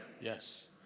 Yes